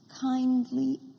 kindly